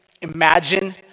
Imagine